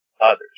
others